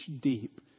deep